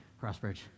Crossbridge